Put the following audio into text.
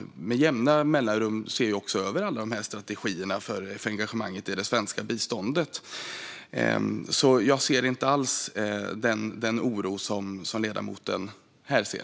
Med jämna mellanrum ser man över alla strategier för engagemanget i det svenska biståndet. Jag ser inte alls den anledning till oro som ledamoten ser.